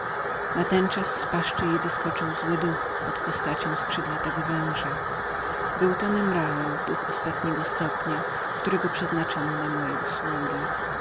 ciemność natenczas z paszczy jej wyskoczył zły duch pod postacią skrzydlatego węża był to nemrael duch ostatniego stopnia którego przeznaczano na moje usługi